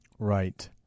Right